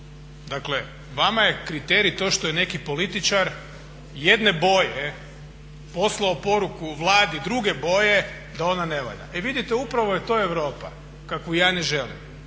Dakle vama je kriterij to što je neki političar jedne boje poslao poruku vladi druge boje da ona ne valja. E vidite upravo je to Europa kakvu ja ne želim.